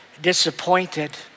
Disappointed